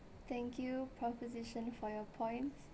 thank you proposition for your points